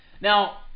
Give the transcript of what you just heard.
Now